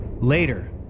Later